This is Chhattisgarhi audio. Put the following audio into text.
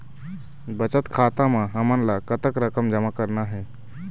बचत खाता म हमन ला कतक रकम जमा करना हे?